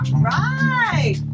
right